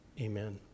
amen